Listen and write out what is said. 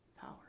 power